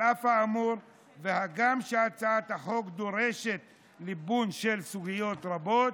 על אף האמור והגם שהצעת החוק דורשת ליבון של סוגיות רבות,